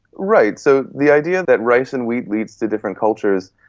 right. so the idea that rice and wheat leads to different culture,